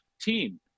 team